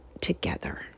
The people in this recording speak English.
together